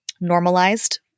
normalized